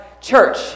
church